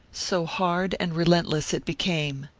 so hard and relentless it became.